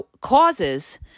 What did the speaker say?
causes